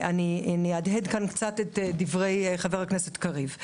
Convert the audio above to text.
ואהדהד כאן קצת את דברי חבר הכנסת קריב.